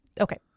okay